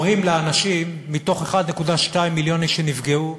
אומרים לאנשים: מתוך 1.2 מיליון איש שנפגעו,